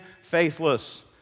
faithless